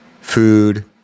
food